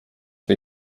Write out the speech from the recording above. wie